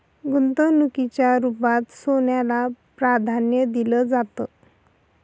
गुंतवणुकीच्या रुपात सोन्याला प्राधान्य दिलं जातं